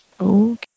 Okay